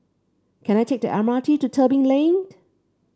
can I take the M R T to Tebing Lane